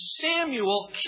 Samuel